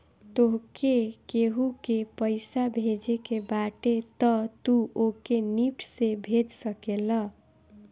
तोहके केहू के पईसा भेजे के बाटे तअ तू ओके निफ्ट से भेज सकेला